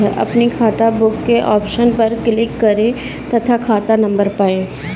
अपनी खाताबुक के ऑप्शन पर क्लिक करें तथा खाता नंबर पाएं